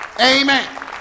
Amen